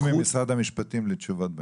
מחכים לתשובות ממשרד המשפטים בעניין.